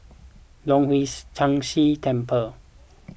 Leong Hwa Chan Si Temple